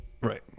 Right